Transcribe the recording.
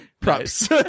Props